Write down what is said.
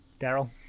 Daryl